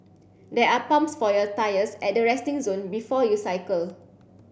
there are pumps for your tyres at the resting zone before you cycle